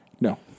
No